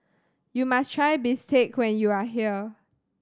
you must try bistake when you are here